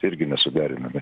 irgi nesuderinami